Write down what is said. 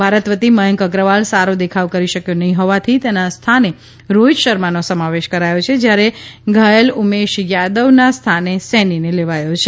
ભારત વતી મયંક અગ્રવાલ સારો દેખાવ કરી શક્યો નહીં હોવાથી તેના સ્થાને રોહિત શર્માનો સમાવેશ કરાયો છે જ્યારે ઘાયલ ઉમેશ યાદવનાં સ્થાને સૈનીને લેવાયો છે